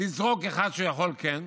לזרוק אחד שכן יכול, כן,